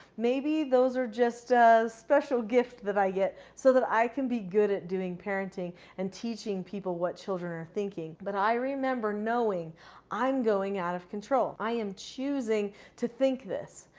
maybe those are just a special gift that i get so that i can be good at doing parenting and teaching people what children are thinking. but i remember knowing i'm going out of control. i am choosing to think this.